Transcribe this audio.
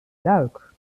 luik